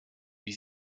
wie